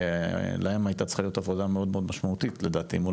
להם הייתה צריכה להיות עבודה מאוד משמעותית מול